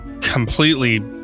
completely